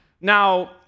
Now